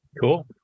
Cool